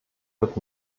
wird